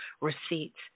receipts